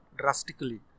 drastically